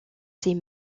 ses